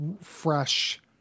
fresh